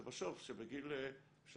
זה בסוף שבגיל שלוש,